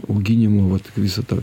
auginimo vat visą tą